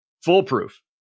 foolproof